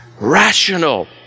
rational